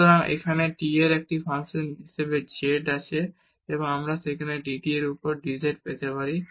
সুতরাং এখন আমাদের t এর একটি ফাংশন হিসাবে z আছে এবং আমরা সেখানে dt এর উপর dz পেতে পারি